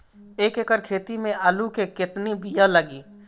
एक एकड़ खेती में आलू के कितनी विया लागी?